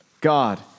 God